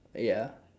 ya